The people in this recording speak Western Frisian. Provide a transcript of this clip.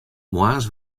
moarns